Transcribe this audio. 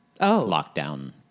lockdown